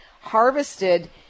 harvested